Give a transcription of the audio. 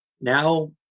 Now